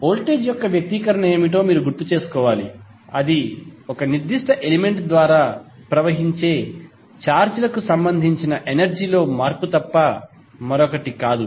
voltage యొక్క వ్యక్తీకరణ ఏమిటో మీరు గుర్తు చేసుకోవాలి అది నిర్దిష్ట ఎలిమెంట్ ద్వారా ప్రవహించే ఛార్జ్ లకు సంబంధించి ఎనర్జీ లో మార్పు తప్ప మరొకటి కాదు